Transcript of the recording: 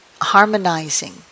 harmonizing